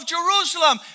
Jerusalem